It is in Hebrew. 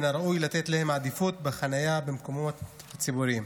מן הראוי לתת להם עדיפות בחניה במקומות הציבוריים.